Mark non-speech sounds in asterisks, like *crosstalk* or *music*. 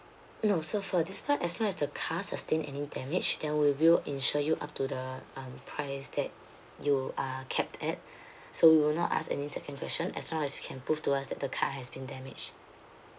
no so for this part as long as the car sustain any damage then we will insure you up to the um price that you uh capped at *breath* so we will not ask any second question as long as you can prove to us that the car has been damaged